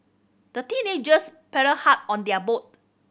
the teenagers paddled hard on their boat